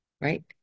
right